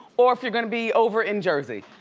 or if you're gonna be over in jersey.